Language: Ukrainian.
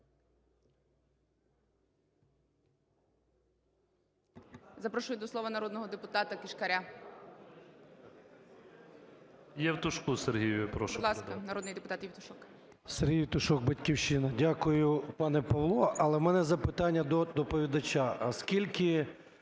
Дякую, пане Павло. Але в мене запитання до доповідача.